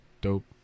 dope